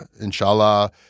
inshallah